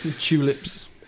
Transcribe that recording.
Tulips